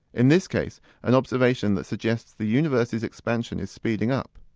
in this case an observation that suggests the universe's expansion is speeding up.